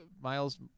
Miles